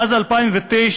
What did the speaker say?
מאז 2009,